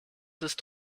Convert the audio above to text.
ist